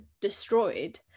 destroyed